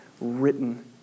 written